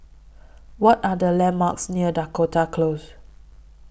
What Are The landmarks near Dakota Close